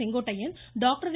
Sengottaiyan doctor வே